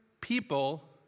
people